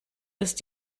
ist